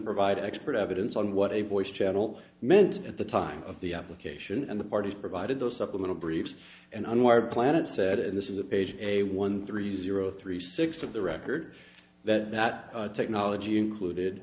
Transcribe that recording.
provide expert evidence on what a voice channel meant at the time of the application and the parties provided those supplemental briefs and unwired planet said and this is a page a one three zero three six of the record that that technology included